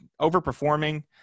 overperforming